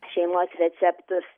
šeimos receptus